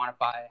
quantify